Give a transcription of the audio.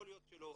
יכול להיות שלא.